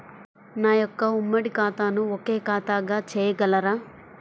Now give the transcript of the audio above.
నా యొక్క ఉమ్మడి ఖాతాను ఒకే ఖాతాగా చేయగలరా?